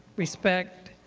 respect,